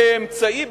כאמצעי,